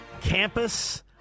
campus